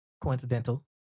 Coincidental